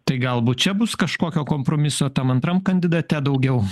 tai galbūt čia bus kažkokio kompromiso tam antram kandidate daugiau